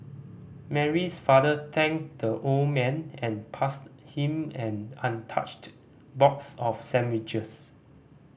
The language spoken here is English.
Mary's father thanked the old man and passed him an untouched box of sandwiches